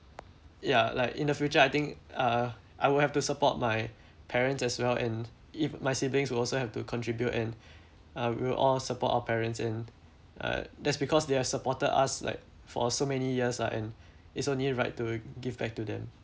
ya like in the future I think uh I will have to support my parents as well and if my siblings will also have to contribute and uh we will all support our parents and uh that's because they have supported us like for so many years ah and it's only right to give back to them